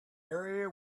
area